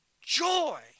joy